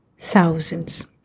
thousands